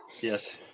yes